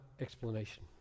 explanation